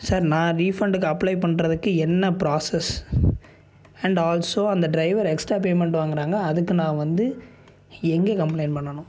sir நான் ரீஃபண்டுக்கு apply பண்றதுக்கு என்ன ப்ராசஸ் அண்ட் ஆல்சோ அந்த ட்ரைவர் எக்ஸ்ட்ரா பேமெண்ட் வாங்குறாங்க அதுக்கு நான் வந்து எங்கே கம்ப்ளயின் பண்ணணும்